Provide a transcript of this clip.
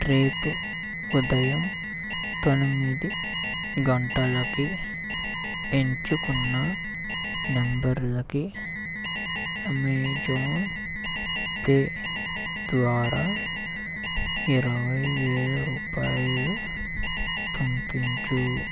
రేపు ఉదయం తొమ్మిది గంటలకి ఎంచుకున్న నంబర్లకి అమెజాన్ పే ద్వారా ఇరవై వేల రూపాయలు పంపించు